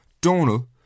Donal